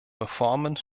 reformen